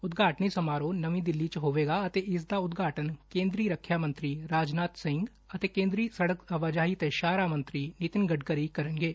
ਉਦਘਾਟਨੀ ਸਮਾਰੋਹ ਨਵੀਂ ਦਿੱਲੀ 'ਚ ਹੋਵੇਗਾ ਅਤੇ ਇਸਦਾ ਉਦਘਾਟਨ ਕੇਂਦਰੀ ਰੱਖਿਆ ਮੰਤਰੀ ਰਾਜਨਾਥ ਸਿੰਘ ਅਤੇ ਕੇਂਦਰੀ ਸੜਕ ਆਵਾਜਾਹੀ ਤੇ ਸ਼ਾਹਰਾਹ ਮੰਤਰੀ ਨਿਤਿਨ ਗਤਕਰੀ ਕਰਨਗੇ